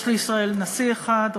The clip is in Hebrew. יש לישראל נשיא אחד,